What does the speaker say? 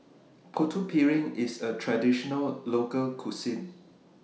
Putu Piring IS A Traditional Local Cuisine